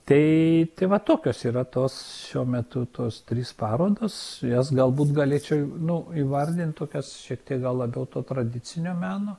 tai tai va tokios yra tos šiuo metu tos trys parodos jas galbūt galėčiau nu įvardint tokias šiek tiek gal labiau to tradicinio meno